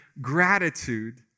gratitude